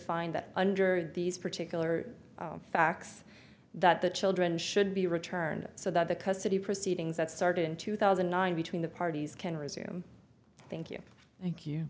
find that under these particular facts that the children should be returned so that the custody proceedings that started in two thousand and nine between the parties can resume thank you you thank